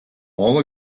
all